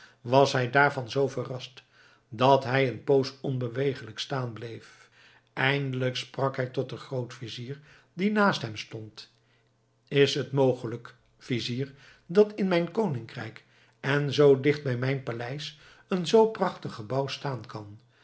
was hij daarvan zoo verrast dat hij een poos onbeweeglijk staan bleef eindelijk sprak hij tot den grootvizier die naast hem stond is t mogelijk vizier dat in mijn koninkrijk en zoo dicht bij mijn paleis een zoo prachtig gebouw staan kan